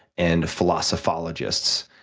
and philosophologists,